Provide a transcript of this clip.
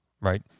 right